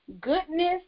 goodness